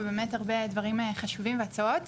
ובאמת הרבה דברים חשובים והצעות.